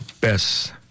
best